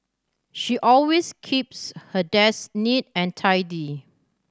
she always keeps her desk neat and tidy